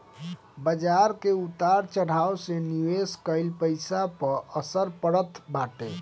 बाजार के उतार चढ़ाव से निवेश कईल पईसा पअ असर पड़त बाटे